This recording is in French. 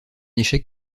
échec